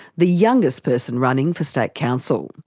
the youngest person running for state council.